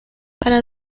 para